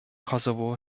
kosovo